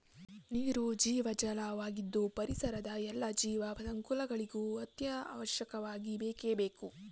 ನೀರು ಜೀವಜಲ ವಾಗಿದ್ದು ಪರಿಸರದ ಎಲ್ಲಾ ಜೀವ ಸಂಕುಲಗಳಿಗೂ ಅತ್ಯವಶ್ಯಕವಾಗಿ ಬೇಕೇ ಬೇಕು